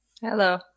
Hello